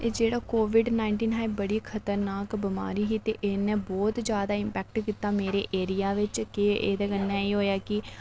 एह् जेह्ड़ा COVID nineteen हा ते एह् बड़ी खतरनाक बमारी ही ते इन्ने बहुत जैदा इम्पैक्ट कीता मेरे एरिया बिच ते एह्दे कन्नै एह् होएआ कि